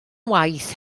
waith